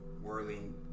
whirling